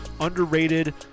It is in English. underrated